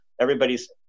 Everybody's